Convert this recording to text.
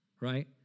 right